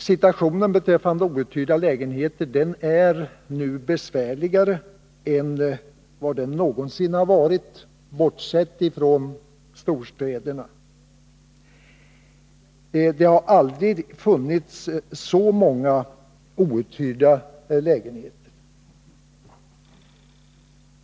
Situationen beträffande outhyrda lägenheter är nu besvärligare än den någonsin har varit, bortsett från storstäderna. Det har aldrig tidigare funnits så många outhyrda lägenheter.